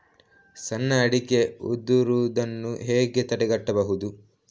ಸಣ್ಣ ಅಡಿಕೆ ಉದುರುದನ್ನು ಹೇಗೆ ತಡೆಗಟ್ಟಬಹುದು?